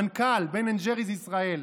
מנכ"ל בן אנד ג'ריס ישראל,